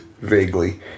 vaguely